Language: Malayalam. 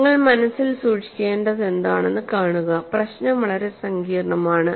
നിങ്ങൾ മനസ്സിൽ സൂക്ഷിക്കേണ്ടതെന്താണെന്ന് കാണുക പ്രശ്നം വളരെ സങ്കീർണ്ണമാണ്